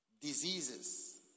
diseases